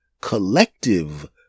collective